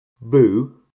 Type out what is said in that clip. Boo